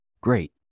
great